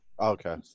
Okay